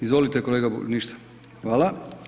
Izvolite kolega Bulj, ništa, hvala.